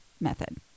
method